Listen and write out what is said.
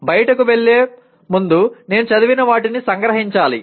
బయటికి వెళ్ళే ముందు నేను చదివిన వాటిని సంగ్రహించాలి